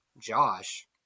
Josh